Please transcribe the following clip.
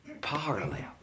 parallel